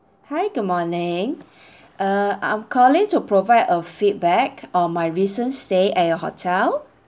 hi good morning uh I'm calling to provide a feedback on my recent stay at your hotel